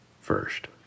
First